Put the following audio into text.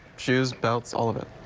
shoes, belts, all of it.